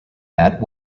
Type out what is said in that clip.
met